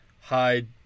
hide